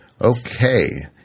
Okay